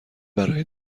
برای